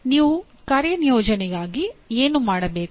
ನೀವು ಕಾರ್ಯಯೋಜನೆಯಾಗಿ ಏನು ಮಾಡಬೇಕು